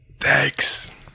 Thanks